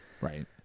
Right